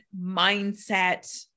mindset